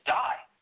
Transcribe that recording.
die